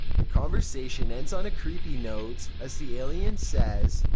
the conversation ends on a creepy note, as the alien says,